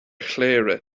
chléire